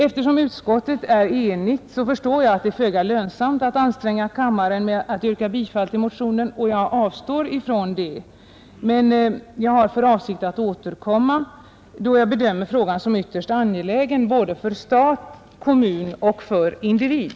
Eftersom utskottet är enigt, förstår jag att det är föga lönsamt att anstränga kammarens ledamöter med att yrka bifall till motionen, och jag avstår därför från det men har för avsikt att återkomma, då jag bedömer frågan som ytterst angelägen för stat, för kommun och för individ.